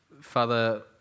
Father